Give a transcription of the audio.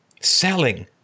selling